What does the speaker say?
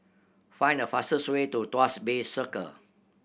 find the fastest way to Tuas Bay Circle